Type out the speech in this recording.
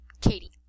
Katie